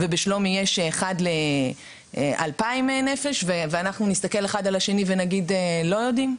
ובשלומי יש אחד ל-2,000 נפש ואנחנו נסתכל אחד על השני ונגיד: לא יודעים.